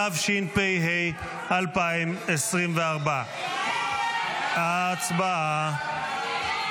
התשפ"ה 2025. הצבעה.